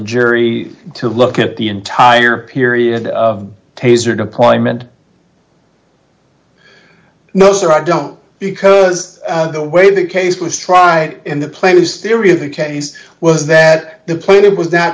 jury to look at the entire period of taser deployment no sir i don't because the way the case was tried in the plane is theory of the case was that the plane it was that